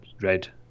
red